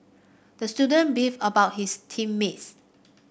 the student beefed about his team mates